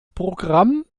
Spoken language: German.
programm